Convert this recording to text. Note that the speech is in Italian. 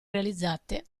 realizzate